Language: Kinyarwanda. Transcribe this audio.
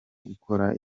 gukora